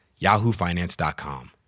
yahoofinance.com